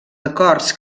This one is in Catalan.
acords